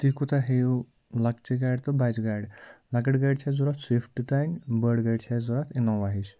تُہۍ کوٗتاہ ہیٚیُو لۄکچہِ گاڑِ تہٕ بَجہِ گاڑِ لۄکٕٹ گٲڑۍ چھےٚ ضوٚرَتھ سِوِفٹ تام بٔڑ گٲڑۍ چھِ اَسہِ ضوٚرتھ اِنووا ہِش